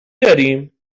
داریم